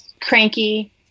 cranky